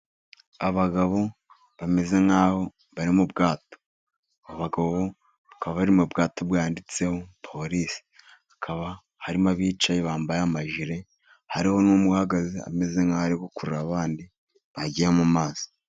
Abagabo bameze nk'aho bari mu bwato. Aba bagabo bakaba bari mu bwato bwanditseho polisi, hakaba harimo abicaye bambaye amajire, hariho n'umwe uhagaze ameze nk'aho ari gukurura abandi bagiye mu mazi.